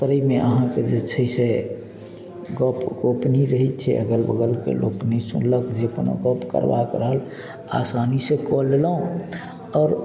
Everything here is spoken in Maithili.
करयमे अहाँके जे छै से गप गोपनीय रहय छै अगल बगलके लोक नहि सुनलक जे अपन गप करबाक रहल आसानीसँ कऽ लेलहुँ आओर